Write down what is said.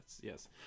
yes